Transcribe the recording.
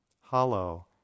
hollow